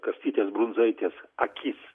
kastytės brunzaitės akis